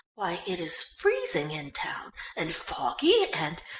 why it is freezing in town and foggy and.